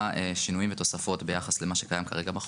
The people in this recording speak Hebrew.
שינויים ותוספות למה שקיים כרגע בחוק.